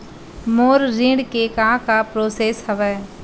मोर ऋण के का का प्रोसेस हवय?